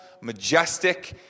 majestic